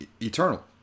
Eternal